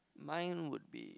mine would be